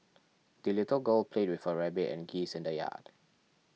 the little girl played with her rabbit and geese in the yard